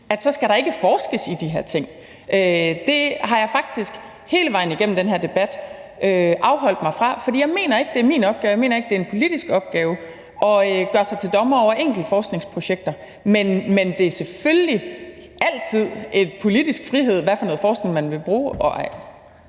at så skal der ikke forskes i de her ting. Det har jeg faktisk hele vejen igennem den her debat afholdt mig fra, for jeg mener ikke, det er min opgave. Jeg mener ikke, at det er en politisk opgave at gøre sig til dommer over enkelte forskningsprojekter, men det er selvfølgelig altid en politisk frihed, hvad for noget forskning man vil bruge